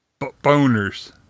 Boners